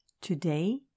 Today